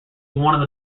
one